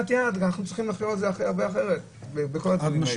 ואנחנו צריכים לחיות עם זה אחרת בכל התחומים האלה.